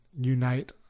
unite